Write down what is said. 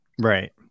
Right